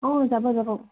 অঁ যাব যাব